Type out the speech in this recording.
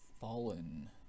fallen